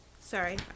Sorry